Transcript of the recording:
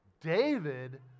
David